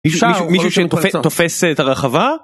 מישהו שתופס את הרחבה?